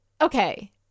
okay